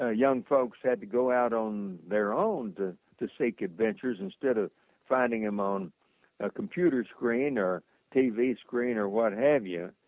ah young folks had to go out on their own to to seek adventures instead of finding them on ah computer screen or tv screen or what have you.